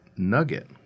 Nugget